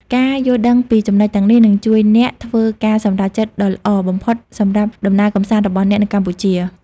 ការយល់ដឹងពីចំណុចទាំងនេះនឹងជួយអ្នកធ្វើការសម្រេចចិត្តដ៏ល្អបំផុតសម្រាប់ដំណើរកម្សាន្តរបស់អ្នកនៅកម្ពុជា។